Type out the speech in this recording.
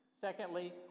Secondly